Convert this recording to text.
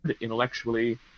intellectually